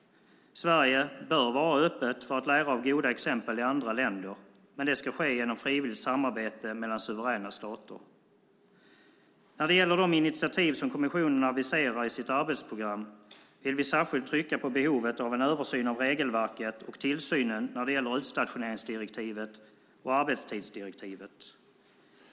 Sverige bör vara öppet för att lära av goda exempel i andra länder, men det ska ske genom frivilligt samarbete mellan suveräna stater. När det gäller de initiativ som kommissionen aviserar i sitt arbetsprogram vill vi särskilt trycka på behovet av en översyn av regelverket och tillsynen när det gäller utstationeringsdirektivet och arbetstidsdirektivet.